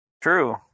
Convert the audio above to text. True